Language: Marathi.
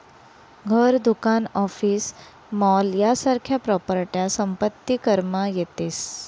घर, दुकान, ऑफिस, मॉल यासारख्या प्रॉपर्ट्या संपत्ती करमा येतीस